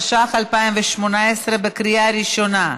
התשע"ח 2018, בקריאה ראשונה.